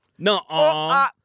No